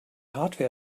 hardware